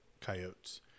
coyotes